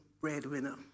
breadwinner